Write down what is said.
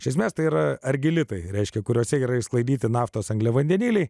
iš esmės tai yra ar gili tai reiškia kuriose yra išsklaidyti naftos angliavandeniliai